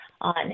on